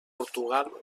portugal